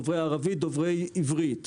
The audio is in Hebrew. דוברי ערבית ודוברי עברית,